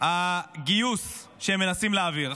הגיוס שהם מנסים להעביר.